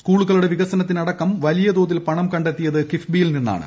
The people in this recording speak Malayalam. സ്കൂളുക്കളുടെ വികസനത്തിനടക്കം വലിയ തോതിൽ പണം ക്ക്ണ്ടെത്തിയത് കിഫ്ബിയിൽ നിന്നാണ്